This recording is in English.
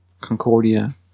Concordia